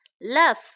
Love